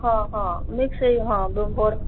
ହଁ ହଁ ମିକ୍ସ୍ ସେଇ ହଁ